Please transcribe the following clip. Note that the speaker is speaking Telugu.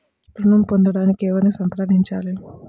ఋణం పొందటానికి ఎవరిని సంప్రదించాలి?